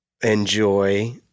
enjoy